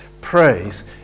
Praise